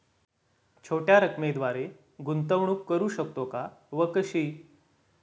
छोट्या रकमेद्वारे गुंतवणूक करू शकतो का व कशी?